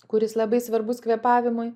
kuris labai svarbus kvėpavimui